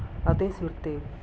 ਅਤੇ ਸਿਰ 'ਤੇ